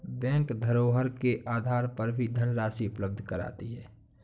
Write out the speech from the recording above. bank धरोहर के आधार पर भी धनराशि उपलब्ध कराती है